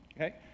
Okay